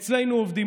אצלנו עובדים.